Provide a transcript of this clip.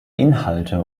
inhalte